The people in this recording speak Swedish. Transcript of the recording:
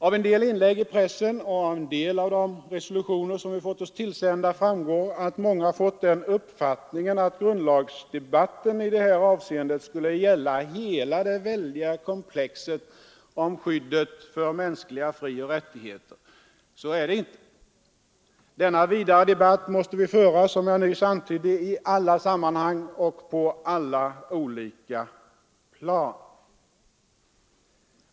Av en del inlägg i pressen och några av de resolutioner som vi fått oss tillsända framgår att många fått den uppfattningen att grundlagsdebatten i det här avseendet skulle gälla hela det väldiga komplexet om skyddet för mänskliga frioch rättigheter. Så är det inte. Denna vidare debatt måste vi föra — som jag nyss antydde — i alla sammanhang och på alla olika plan.